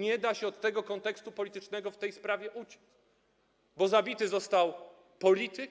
Nie da się od tego kontekstu politycznego w tej sprawie uciec, bo zabity został polityk,